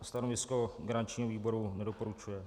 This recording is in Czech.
Stanovisko garančního výboru: nedoporučuje.